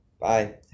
Bye